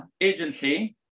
agency